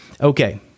Okay